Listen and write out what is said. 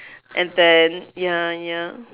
and then ya ya